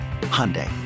Hyundai